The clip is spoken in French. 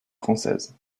française